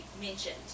mentioned